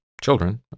children